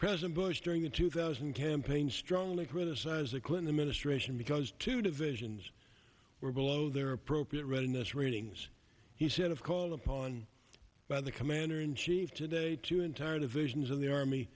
president bush during the two thousand campaign strongly criticized the clinton administration because two divisions were below their appropriate readiness ratings he said of call upon by the commander in chief today to entire divisions of the army